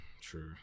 true